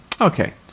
Okay